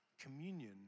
Communion